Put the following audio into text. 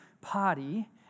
party